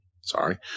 Sorry